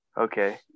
Okay